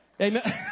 Amen